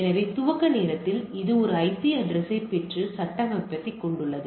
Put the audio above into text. எனவே துவக்க நேரத்தில் அது ஐபி அட்ரஸ்யைப் பெற்று கட்டமைக்கத் தொடங்குகிறது